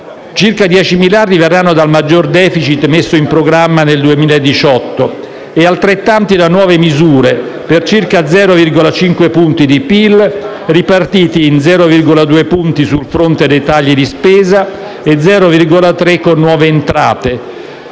Circa 10 miliardi verranno dal maggior *deficit* messo in programma nel 2018 e altrettanti da nuove misure per circa 0,5 punti di PIL (ripartiti in 0,2 punti sul fronte dei tagli di spesa e 0,3 con nuove entrate),